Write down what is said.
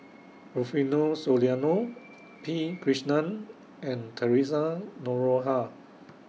Rufino Soliano P Krishnan and Theresa Noronha